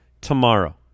tomorrow